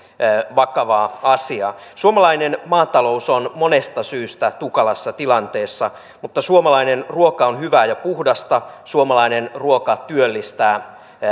vakavaa asiaa suomalainen maatalous on monesta syystä tukalassa tilanteessa mutta suomalainen ruoka on hyvää ja puhdasta suomalainen ruoka työllistää